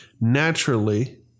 naturally